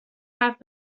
حرف